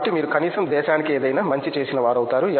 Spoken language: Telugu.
కాబట్టి మీరు కనీసం దేశానికి ఏదైనా మంచి చేసిన వారవుతారు